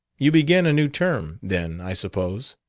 you begin a new term, then, i suppose.